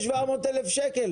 ב-600,000 ו-700,00 שקל.